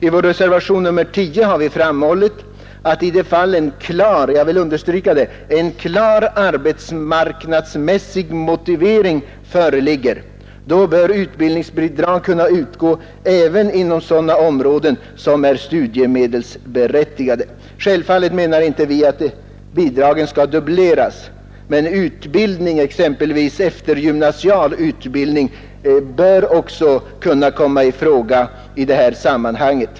I reservationen 10 har vi framhållit att i de fall en klar — jag vill understryka det — arbetsmarknadsmässig motivering föreligger bör utbildningsbidrag kunna utgå även inom sådana områden som är studiemedelsberättigade. Självfallet menar vi inte att bidragen skall dubbleras, men exempelvis eftergymnasial utbildning bör kunna komma i fråga i det här sammanhanget.